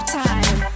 time